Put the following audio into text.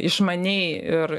išmaniai ir